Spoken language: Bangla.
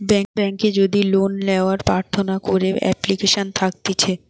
বেংকে যদি লোন লেওয়ার প্রার্থনা করে এপ্লিকেশন থাকতিছে